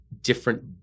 different